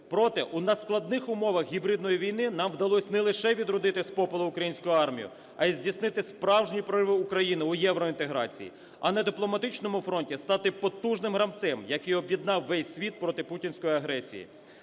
Проте у надскладних умовах гібридної війни нам вдалось не лише відродити з попелу українську армію, а й здійснити справжній прорив України у євроінтеграції, а на дипломатичному фронті стати потужним гравцем, який об'єднав весь світ проти путінської агресії.